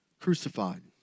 crucified